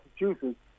Massachusetts